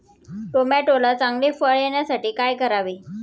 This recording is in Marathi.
टोमॅटोला चांगले फळ येण्यासाठी काय करावे?